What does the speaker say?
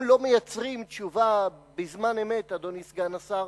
אם לא מייצרים תשובה בזמן-אמת, אדוני סגן השר,